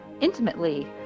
intimately